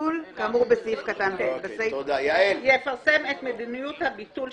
כבר קיימנו את הדיונים האלה.